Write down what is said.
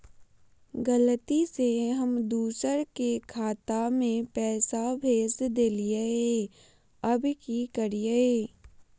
गलती से हम दुसर के खाता में पैसा भेज देलियेई, अब की करियई?